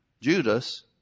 Judas